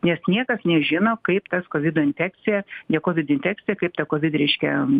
nes niekas nežino kaip tas kovido infekcija ne kovid infekcija kaip ta kovid reiškia